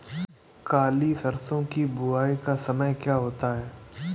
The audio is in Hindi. काली सरसो की बुवाई का समय क्या होता है?